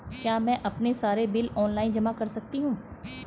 क्या मैं अपने सारे बिल ऑनलाइन जमा कर सकती हूँ?